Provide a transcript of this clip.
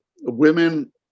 Women